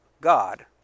God